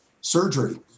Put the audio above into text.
surgery